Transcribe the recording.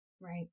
right